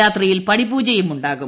രാത്രിയിൽ പടിപൂജയും ഉണ്ടാകും